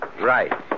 Right